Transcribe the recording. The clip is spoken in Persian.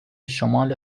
شمال